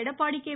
Edappadi K